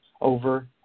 over